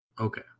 Okay